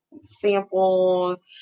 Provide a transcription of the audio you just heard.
samples